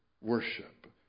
worship